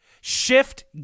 shift